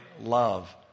love